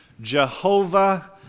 Jehovah